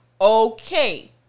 Okay